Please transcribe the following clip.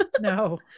no